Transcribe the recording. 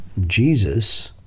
Jesus